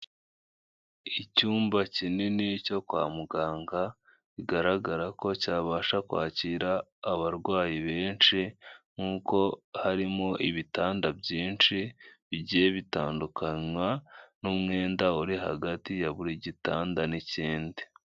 Icyumba kinini cyo kwa muganga bigaragara ko cyabasha kwakira abarwayi benshi, nkuko harimo ibitanda byinshi bigiye bitandukanwa n'umwenda uri hagati ya buri gitanda n'ikindi.